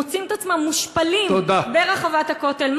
מוצאים את עצמם מושפלים ברחבת הכותל.